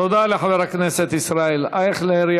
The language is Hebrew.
תודה לחבר הכנסת ישראל אייכלר.